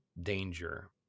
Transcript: danger